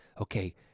okay